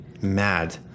mad